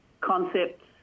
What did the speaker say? concepts